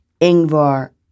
Ingvar